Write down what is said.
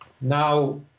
Now